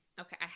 Okay